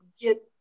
get